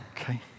Okay